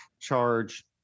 charge